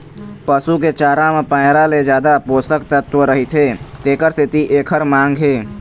पसू के चारा म पैरा ले जादा पोषक तत्व रहिथे तेखर सेती एखर मांग हे